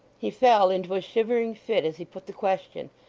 he fell into a shivering fit as he put the question,